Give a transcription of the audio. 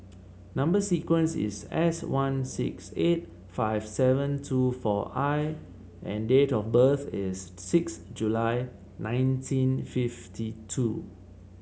number sequence is S one six eight five seven two four I and date of birth is six July nineteen fifty two